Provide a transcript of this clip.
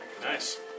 Nice